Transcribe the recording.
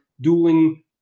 dueling